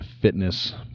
fitness